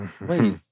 Wait